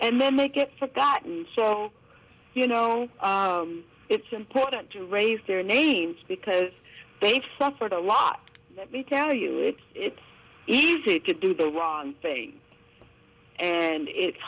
and then they get forgotten song you know it's important to raise their names because suffered a lot let me tell you it it's easy to do the wrong thing and it's